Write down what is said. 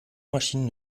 maschinen